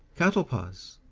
catalpas,